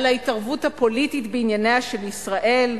על ההתערבות הפוליטית בענייניה של ישראל?